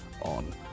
on